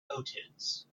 otis